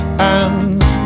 hands